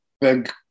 big